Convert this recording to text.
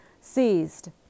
seized